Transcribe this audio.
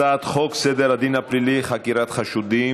הצעת חוק סדר הדין הפלילי (חקירת חשודים)